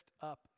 up